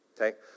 Okay